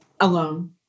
alone